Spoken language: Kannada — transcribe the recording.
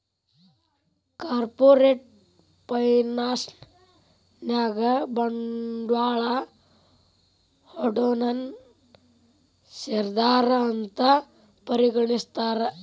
ಕಾರ್ಪೊರೇಟ್ ಫೈನಾನ್ಸ್ ನ್ಯಾಗ ಬಂಡ್ವಾಳಾ ಹೂಡೊನನ್ನ ಶೇರ್ದಾರಾ ಅಂತ್ ಪರಿಗಣಿಸ್ತಾರ